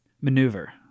maneuver